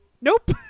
nope